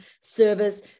service